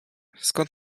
skąd